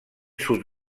sud